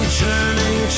turning